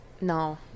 No